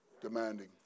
demanding